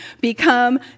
become